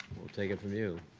we'll take it from you.